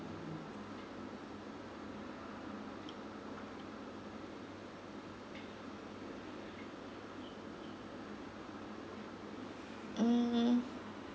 mm